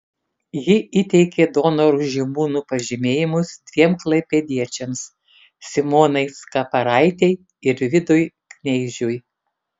ji įteikė donorų žymūnų pažymėjimus dviem klaipėdiečiams simonai skaparaitei ir vidui kneižiui